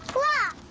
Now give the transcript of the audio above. wow!